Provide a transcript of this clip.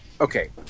okay